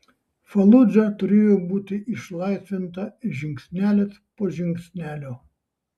faludža turėjo būti išlaisvinta žingsnelis po žingsnelio